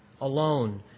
alone